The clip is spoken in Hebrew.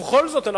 ובכל זאת,